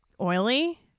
Oily